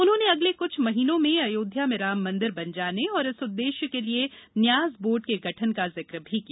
उन्होंने अगले कुछ महीनों में अयोध्या में राम मंदिर बन जाने और इस उद्देश्य के लिये न्यास बोर्ड के गठन का जिक भी किया